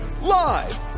live